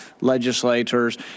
legislators